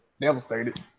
devastated